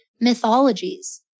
mythologies